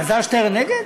אלעזר שטרן נגד?